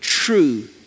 True